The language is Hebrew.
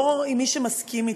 לא עם מי שמסכים אתי,